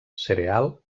cereal